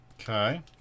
Okay